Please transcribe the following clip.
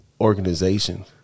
organization